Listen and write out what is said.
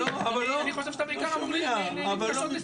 הישיבה ננעלה